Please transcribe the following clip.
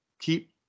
keep